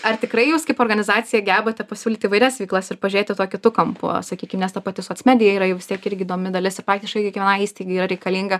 ar tikrai jūs kaip organizacija gebate pasiūlyti įvairias veiklas ir pažiūrėti tuo kitu kampu sakykim nes ta pati socmedija yra jau vis tiek irgi įdomi dalis ir praktiškai kiekvienai įstaigai yra reikalinga